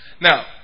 Now